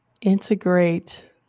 integrate